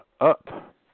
up